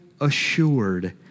assured